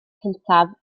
cyntaf